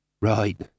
Right